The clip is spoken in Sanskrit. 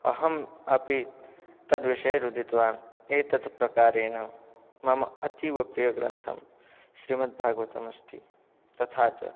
अहम् अपि तद्विषये रुदितवान् एतत् प्रकारेण मम अतीवप्रियग्रन्थं श्रीमद्भागवतमस्ति तथा च